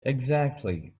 exactly